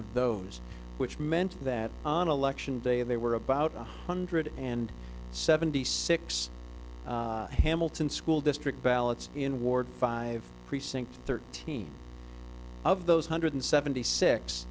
of those which meant that on election day they were about one hundred and seventy six hamilton school district ballots in ward five precincts thirteen of those hundred seventy